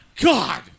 God